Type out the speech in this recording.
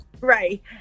Right